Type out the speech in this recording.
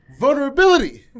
Vulnerability